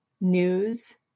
news